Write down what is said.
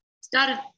Started